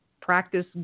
practice